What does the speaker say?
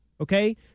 Okay